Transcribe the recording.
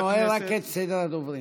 אתה נועל רק את סדר הדוברים.